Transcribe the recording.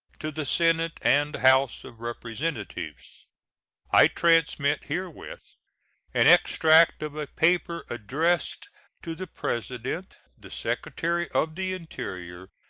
to the senate and house of representatives i transmit herewith an extract of a paper addressed to the president, the secretary of the interior,